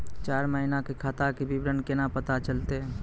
चार महिना के खाता के विवरण केना पता चलतै?